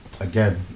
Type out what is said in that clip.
Again